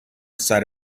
side